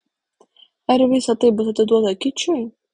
ar visa tai bus atiduota kičui